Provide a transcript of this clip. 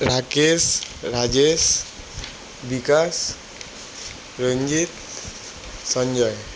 Rakesh Rajesh Bikash Ranjit Sanjay